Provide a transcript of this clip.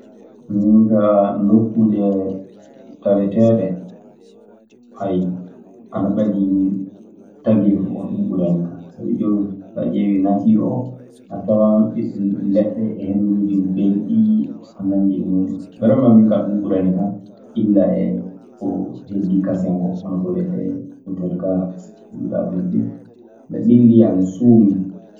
Min kaa, nokkuuje taweteeɗe, ana ɓadii tageefu oo, ɗun ɓurani kan sabi jooni so a ƴeewii natiir oo a tawan ɓiɓɓe leɗɗe en e, beelɗii e ko nanndi e muuɗun. Min kaa ɗun ɓuranikan, illa e ko heddii kaseŋ koo. Hono ko wiyetee otel kaa, mi yiɗaa ɗun fey. Ne ɓillii an, ne suumi.